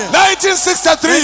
1963